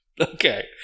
Okay